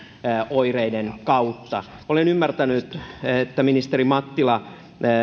oireiden kautta olen ymmärtänyt ministeri mattila että